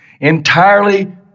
Entirely